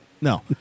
No